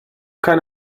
keine